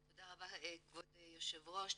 תודה רבה כבוד היושב ראש,